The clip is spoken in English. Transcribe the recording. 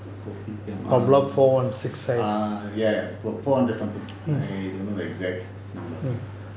Kopitiam ah ya ya block four hundred something I don't know exact number